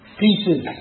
pieces